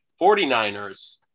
49ers